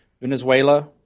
Venezuela